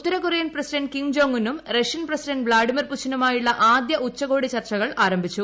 ഉത്തരകൊറിയൻ president Kim Jong ഉന്നും Russian president Vladimir പുചിനുമായുള്ള ആദ്യ ഉച്ചകോടി ചർച്ചകൾ ആരംഭിച്ചു